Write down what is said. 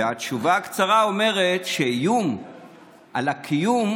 התשובה הקצרה אומרת שאיום על הקיום